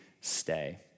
stay